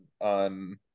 on